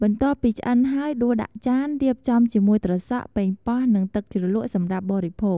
បន្ទាប់ពីឆ្អិនហើយដួសដាក់ចាន រៀបចំជាមួយត្រសក់ ប៉េងប៉ោះ និងទឹកជ្រលក់ សម្រាប់បរិភោគ។